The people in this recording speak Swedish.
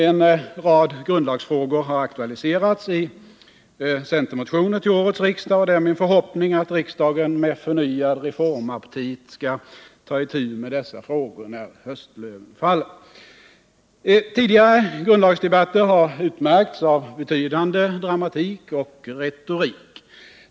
En rad grundlagsfrågor har aktualiserats i centermotioner till årets riksdag, och det är min förhoppning att riksdagen med förnyad reformaptit skall ta itu med dessa frågor när höstlöven faller. Tidigare grundlagsdebatter har utmärkts av betydande dramatik och retorik.